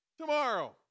Tomorrow